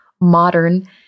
modern